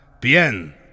Bien